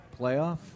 playoff